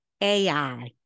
AI